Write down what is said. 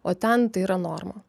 o ten tai yra norma